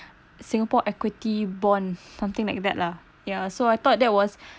singapore equity bond something like that lah yeah so I thought that was